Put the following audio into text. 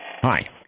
hi